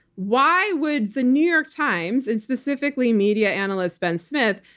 why would the new york times, and specifically media analyst ben smith,